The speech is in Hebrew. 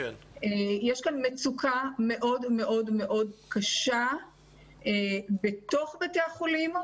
יש כאן מצוקה מאוד מאוד קשה בתוך בתי החולים,